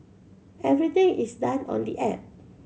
everything is done on the app